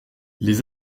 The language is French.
les